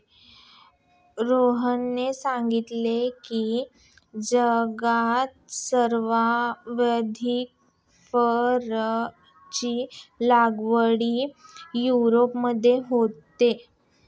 रोहनने सांगितले की, जगात सर्वाधिक फरची लागवड युरोपमध्ये होते